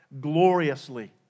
gloriously